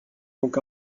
donc